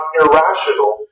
irrational